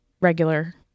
regular